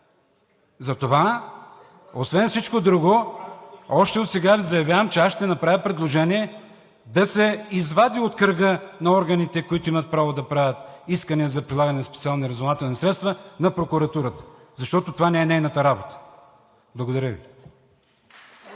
Затова, освен всичко друго, още отсега Ви заявявам, че аз ще направя предложение да се извади от кръга на органите, които имат право да правят искания за прилагане на специални разузнавателни средства на прокуратурата, защото това не е нейната работа. Благодаря Ви.